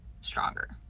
stronger